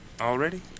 Already